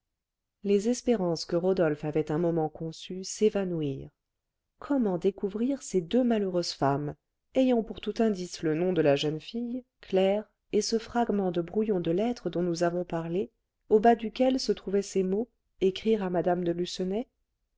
les espérances que rodolphe avait un moment conçues s'évanouirent comment découvrir ces deux malheureuses femmes ayant pour tout indice le nom de la jeune fille claire et ce fragment de brouillon de lettre dont nous avons parlé au bas duquel se trouvaient ces mots écrire à mme de